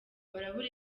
barabura